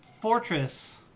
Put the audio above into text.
fortress